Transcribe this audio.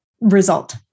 result